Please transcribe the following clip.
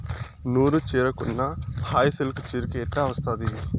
నూరు చీరకున్న హాయి సిల్కు చీరకు ఎట్టా వస్తాది